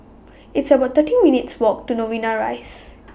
It's about thirty minutes' Walk to Novena Rise